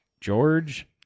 George